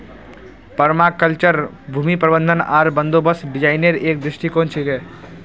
permaculture भूमि प्रबंधन आर बंदोबस्त डिजाइनेर एक दृष्टिकोण छिके